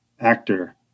actor